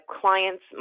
clients